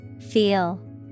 Feel